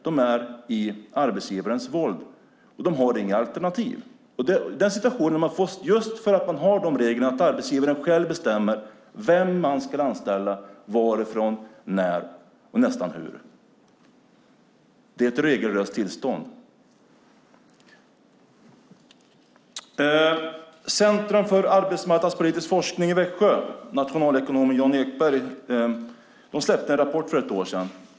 De är i arbetsgivarens våld. De har inga alternativ. Den situationen har vi fått just för att vi har regeln att arbetsgivaren själv bestämmer vem man ska anställa, varifrån, när och nästan hur. Det är ett regellöst tillstånd. Centrum för arbetsmarknadspolitisk forskning i Växjö och nationalekonom Jan Ekberg släppte en rapport för ett år sedan.